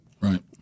Right